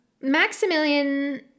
Maximilian